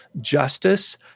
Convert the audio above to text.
justice